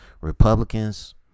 republicans